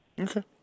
okay